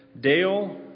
Dale